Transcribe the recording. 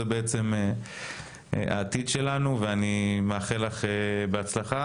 זה בעצם העתיד שלנו ואני מאחל לך בהצלחה.